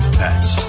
pets